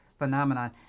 phenomenon